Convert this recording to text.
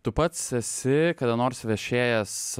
tu pats esi kada nors viešėjęs